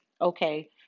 Okay